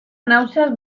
náuseas